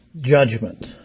judgment